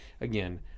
again